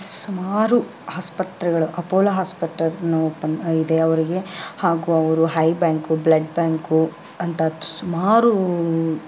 ಸುಮಾರು ಆಸ್ಪತ್ರೆಗಳು ಅಪೊಲೊ ಹಾಸ್ಪಿಟಲ್ನ ಓಪನ್ ಇದೆ ಅವ್ರಿಗೆ ಹಾಗೂ ಅವರು ಐ ಬ್ಯಾಂಕು ಬ್ಲಡ್ ಬ್ಯಾಂಕು ಅಂತ ಸುಮಾರು